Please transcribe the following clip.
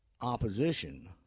opposition